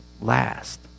last